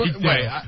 Wait